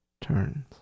turns